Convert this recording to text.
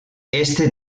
este